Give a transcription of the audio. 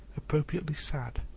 appropriately sad,